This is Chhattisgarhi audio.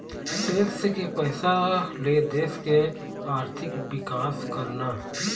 टेक्स के पइसा ले देश के आरथिक बिकास करना